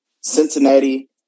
Cincinnati